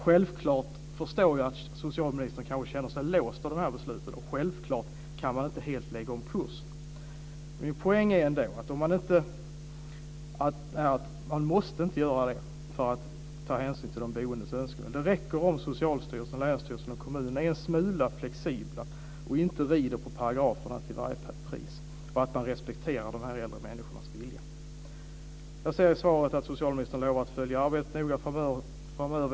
Självklart förstår jag att socialministern kanske känner sig låst av de här besluten, och självklart kan man inte helt lägga om kursen. Men min poäng är att man inte måste göra det för att ta hänsyn till de boendes önskemål. Det räcker om Socialstyrelsen, länsstyrelsen och kommunen är en smula flexibla och inte rider på paragraferna till varje pris, att man respekterar de här äldre människornas vilja. Det står i svaret att socialministern lovar att följa arbetet noga framöver.